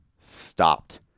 stopped